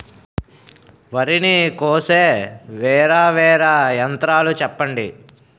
వరి ని కోసే వేరా వేరా యంత్రాలు చెప్పండి?